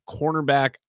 cornerback